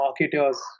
marketers